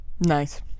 Nice